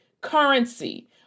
currency